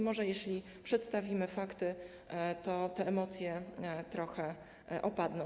Może jeśli przedstawimy fakty, to te emocje trochę opadną.